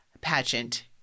pageant